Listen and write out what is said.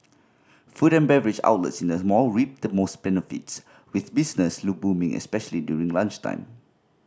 food and beverage outlets in the mall reaped the most benefits with business booming especially during lunchtime